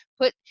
put